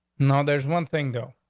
no, there's one thing, though.